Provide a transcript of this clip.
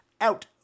out